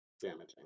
damaging